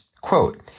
Quote